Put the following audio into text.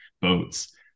boats